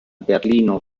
berlino